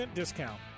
discount